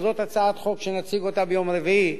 אבל זאת הצעת חוק שנציג אותה ביום רביעי,